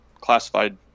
classified